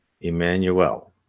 Emmanuel